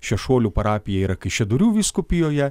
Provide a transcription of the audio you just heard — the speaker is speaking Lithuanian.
šešuolių parapija yra kaišiadorių vyskupijoje